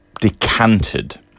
decanted